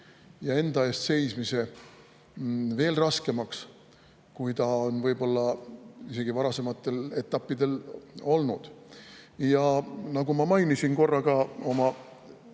tema enda eest seismise veel raskemaks, kui see on võib-olla isegi varasematel etappidel olnud. Nagu ma mainisin korra ka oma